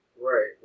Right